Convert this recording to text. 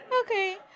okay